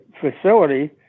facility